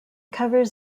covers